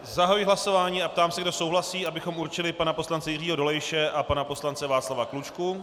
Zahajuji hlasování a ptám se, kdo souhlasí, abychom určili pana poslance Jiřího Dolejše a pana poslance Václava Klučku.